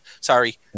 Sorry